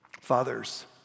fathers